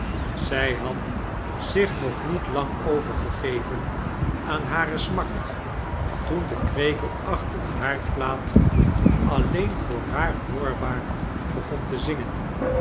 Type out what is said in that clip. zij had zioh nog niet lang overgegeven aan hare smarts toen de krekel achter de haardplaat alleen voor haar hoorbaar begon te zingen